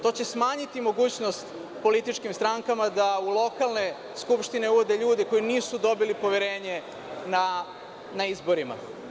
To će smanjiti mogućnost političkim strankama da u lokalne skupštine uvode ljudi koji nisu dobili poverenje na izborima.